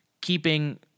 keeping